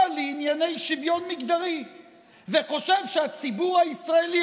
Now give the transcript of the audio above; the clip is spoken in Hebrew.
לענייני שוויון מגדרי וחושב שהציבור הישראלי,